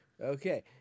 Okay